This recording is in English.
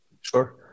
Sure